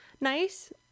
nice